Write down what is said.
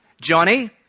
Johnny